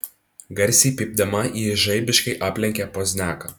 garsiai pypdama ji žaibiškai aplenkė pozniaką